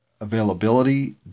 availability